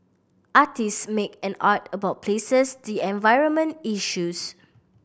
artist make an art about places the environment issues